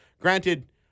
Granted